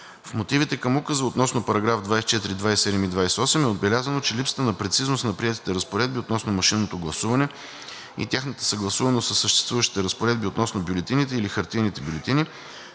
В мотивите към указа относно § 24, § 27 и § 28 е отбелязано, че липсата на прецизност на приетите разпоредби относно машинното гласуване и тяхната съгласуваност със съществуващите разпоредби относно бюлетините или хартиените бюлетини